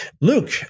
Luke